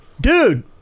dude